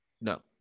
No